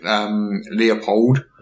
Leopold